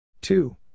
Two